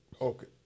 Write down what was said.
okay